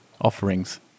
Offerings